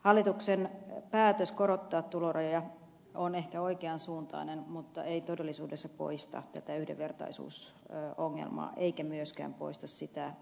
hallituksen päätös korottaa tulorajoja on ehkä oikeansuuntainen mutta ei todellisuudessa poista tätä yhdenvertaisuusongelmaa eikä myöskään poista sitä